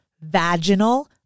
vaginal